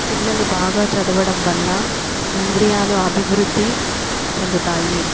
పిల్లలు బాగా చదవడం వల్ల ఇంద్రియాలు అభివృద్ధి చెందుతాయి